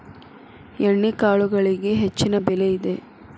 ಎಣ್ಣಿಕಾಳುಗಳಿಗೆ ಹೆಚ್ಚಿನ ಬೆಲೆ ಇದೆ